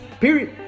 Period